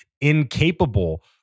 incapable